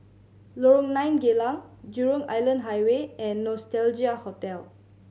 Lorong Nine Geylang Jurong Island Highway and Nostalgia Hotel